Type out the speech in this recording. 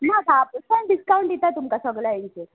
ना धा पसण डिसकावण दिता तुमकां सगल्या हांचेर